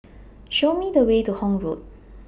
Show Me The Way to Horne Road